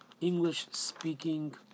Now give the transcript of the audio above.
English-speaking